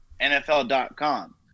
NFL.com